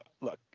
look